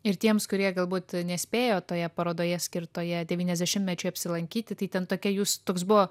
ir tiems kurie galbūt nespėjo toje parodoje skirtoje devyniasdešimtmečiui apsilankyti tai ten tokia jūs toks buvo